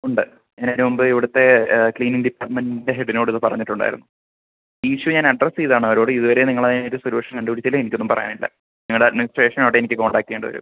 ഉണ്ട് ഞാൻ ഇതിനുമുമ്പ് ഇവിടുത്തെ ക്ലീനിങ് ഡിപ്പാർട്മെറ്റിൻറ്റെ ഹെഡിനോട് ഇത് പറഞ്ഞിട്ടുണ്ടായിരുന്നു ഈ ഇഷ്യൂ ഞാൻ അഡ്രസ് ചെയ്തതാണ് അവരോട് ഇതുവരെ നിങ്ങളതിനൊരു സൊല്യൂഷൻ കണ്ടുപിടിച്ചില്ല എനിക്കൊന്നും പറയാനില്ല നിങ്ങളുടെ അഡ്മിനിസ്ട്രേഷനോട് എനിക്ക് കോൺടാക്റ്റ് ചെയ്യേണ്ടി വരും